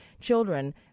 children